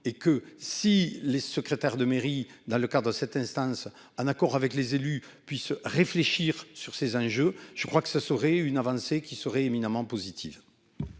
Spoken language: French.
et que si les secrétaires de mairie dans le cas de cette instance en accord avec les élus puissent réfléchir sur ces enjeux. Je crois que ce serait une avancée qu'il serait éminemment positive.